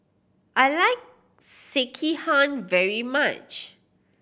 I like Sekihan very much